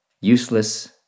useless